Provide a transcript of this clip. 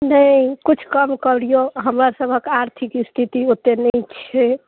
नहि किछु कम करियौ हमर सबहक आर्थिक स्थिति ओतेक नहि छै